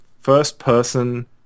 first-person